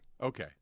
Okay